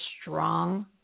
strong